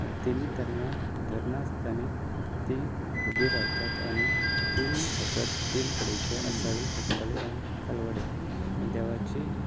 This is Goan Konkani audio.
तिनी तरंगा धरना आसतना ती उबीं रावतात आनी तिनी भगत तीन कडेचे आसाळें भटपालें आनी खालवडें देवाची